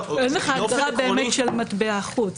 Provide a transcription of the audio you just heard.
מה עם יתרות הקריפטו, ככל שזה לא מידע חסוי?